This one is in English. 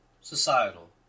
Societal